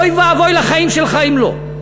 אוי ואבוי לחיים שלך אם לא.